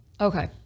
Okay